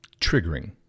triggering